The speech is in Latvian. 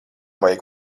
vajag